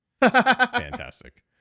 fantastic